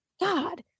God